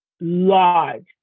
large